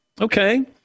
Okay